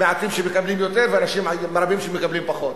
מעטים שמקבלים יותר ואנשים רבים שמקבלים פחות.